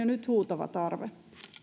nyt huutava tarve